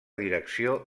direcció